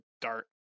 dart